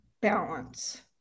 balance